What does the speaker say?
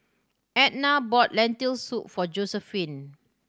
Ednah bought Lentil Soup for Josephine